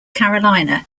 carolina